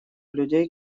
людей